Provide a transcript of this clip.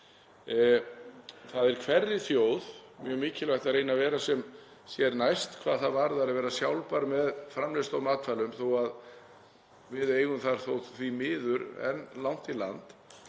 Það er hverri þjóð mjög mikilvægt að reyna að vera sjálfri sér nóg hvað það varðar að vera sjálfbær með framleiðslu á matvælum þó að við eigum þar því miður enn langt í land.